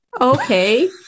Okay